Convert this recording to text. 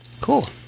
Cool